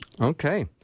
Okay